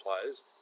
players